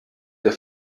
der